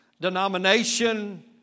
denomination